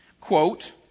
quote